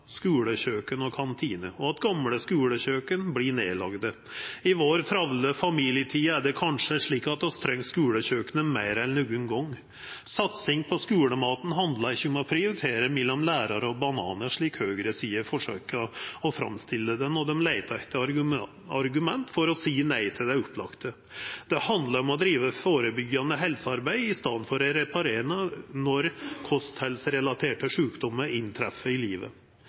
skulekjøken og kantine, og at gamle skulekjøken vert lagde ned. I vår travle familietid er det kanskje slik at vi treng skulekjøkenet meir enn nokon gong? Satsing på skulemat handlar ikkje om å prioritera mellom lærarar og bananar, slik høgresida forsøkjer å framstilla det når dei leitar etter argument for å seia nei til det opplagte. Det handlar om å driva førebyggjande helsearbeid i staden for å reparera når kosthaldsrelaterte sjukdomar inntreffer i livet.